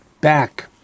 back